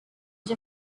age